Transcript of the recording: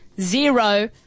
zero